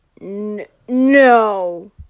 No